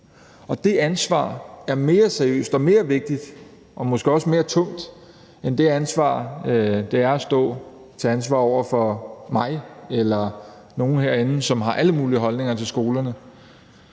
Og det ansvar er mere seriøst og mere vigtigt og måske også mere tungt end det ansvar, som det er at stå til ansvar over for mig eller nogle herinde, som har alle mulige holdninger til skolerne.